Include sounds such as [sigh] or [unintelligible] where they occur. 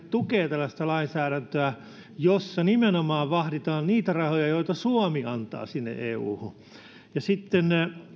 [unintelligible] tukevat tällaista lainsäädäntöä jossa nimenomaan vahditaan niitä rahoja joita suomi antaa sinne euhun sitten